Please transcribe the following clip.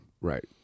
Right